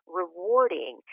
rewarding